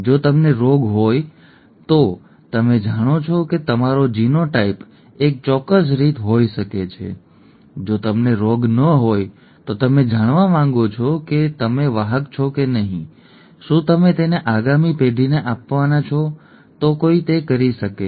જો તમને રોગ હોય તો તમે જાણો છો કે તમારો જીનોટાઈપ એક ચોક્કસ રીત હોઈ શકે છે જો તમને રોગ ન હોય તો તમે જાણવા માંગો છો કે તમે વાહક છો કે નહીં શું તમે તેને આગામી પેઢીને આપવાના છો તો કોઈ તે કરી શકે છે